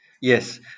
yes